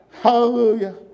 Hallelujah